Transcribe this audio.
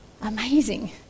Amazing